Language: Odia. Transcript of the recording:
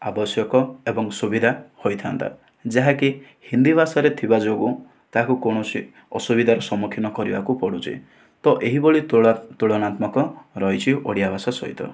ଆବଶ୍ୟକ ଏବଂ ସୁବିଧା ହୋଇଥାନ୍ତା ଯାହାକି ହିନ୍ଦୀ ଭାଷାରେ ଥିବା ଯୋଗୁ ତାକୁ କୌଣସି ଅସୁବିଧାର ସମ୍ମୁଖୀନ କରିବାକୁ ପଡୁଛି ତ ଏଇଭଳି ତୁଳନାତ୍ମକ ରହିଛି ଓଡ଼ିଆ ଭାଷା ସହିତ